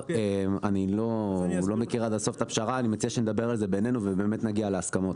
אני מציע שנדבר על זה בינינו ובאמת נגיע להסכמות.